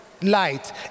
light